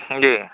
جی